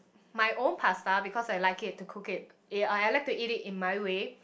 my own pasta because I like it to cook it eh uh I like to eat it in my way